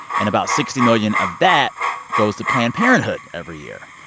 and about sixty million of that goes to planned parenthood every year.